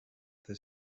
the